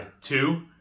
Two